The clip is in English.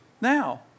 now